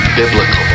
biblical